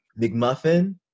McMuffin